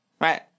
Right